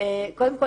קודם כול,